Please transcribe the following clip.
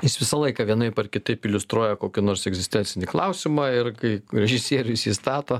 jis visą laiką vienaip ar kitaip iliustruoja kokį nors egzistencinį klausimą ir kai režisierius jį stato